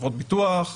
חברות ביטוח,